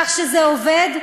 כך שזה עובד,